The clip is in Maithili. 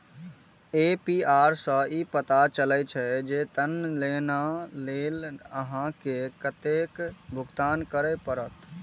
ए.पी.आर सं ई पता चलै छै, जे ऋण लेबा लेल अहां के कतेक भुगतान करय पड़त